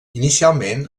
inicialment